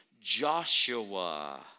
Joshua